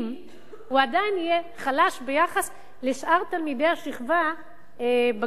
הוא עדיין יהיה חלש ביחס לשאר תלמידי השכבה בגילו.